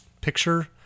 picture